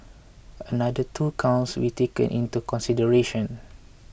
another two counts retaken into consideration